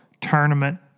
Tournament